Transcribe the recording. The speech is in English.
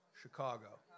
Chicago